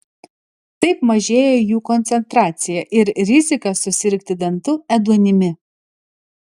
taip mažėja jų koncentracija ir rizika susirgti dantų ėduonimi